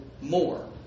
more